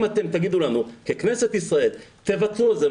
אם אתם תגידו לנו ככנסת ישראל לוותר על זה,